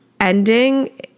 ending